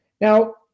Now